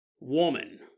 woman